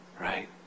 right